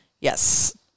Yes